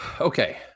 Okay